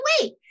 wait